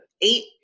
eight